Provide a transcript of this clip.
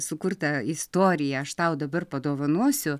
sukurtą istoriją aš tau dabar padovanosiu